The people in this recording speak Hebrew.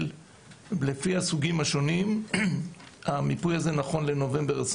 לפי הסוגים השונים והוא נכון לנובמבר 2021,